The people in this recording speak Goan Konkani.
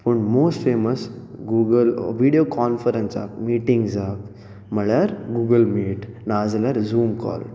पूण मोस्ट फेमस गुगल विडयो कॉनफरन्साक मिटिंगजाक म्हळ्यार गुगलमीट नाजाल्यार झूम कॉल